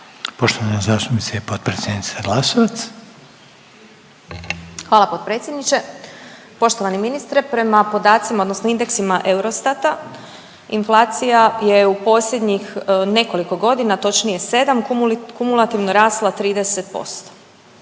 Poštovana zastupnica i potpredsjednica Glasovac. **Glasovac, Sabina (SDP)** Hvala potpredsjedniče. Poštovani ministre, prema podacima odnosno indeksima Eurostata inflacija je u posljednjih nekoliko godina točnije sedam kumulativno rasla 30%.